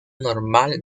normal